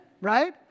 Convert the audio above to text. right